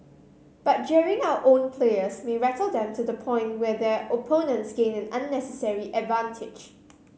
but jeering our own players may rattle them to the point where their opponents gain an unnecessary advantage